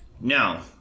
now